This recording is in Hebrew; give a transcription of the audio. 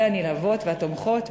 היו הנלהבות והתומכות,